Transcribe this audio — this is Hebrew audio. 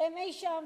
אי שם,